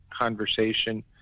conversation